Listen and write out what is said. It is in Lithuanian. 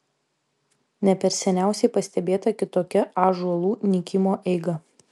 ne per seniausiai pastebėta kitokia ąžuolų nykimo eiga